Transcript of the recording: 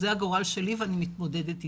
זה הגורל שלי ואני מתמודדת איתו.